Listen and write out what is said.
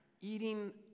eating